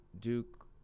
Duke